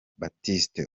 baptiste